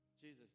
Jesus